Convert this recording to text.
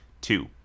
Two